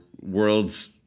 world's